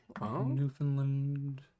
Newfoundland